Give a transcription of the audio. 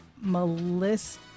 Melissa